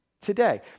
today